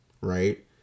Right